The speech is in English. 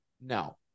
No